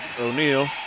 O'Neal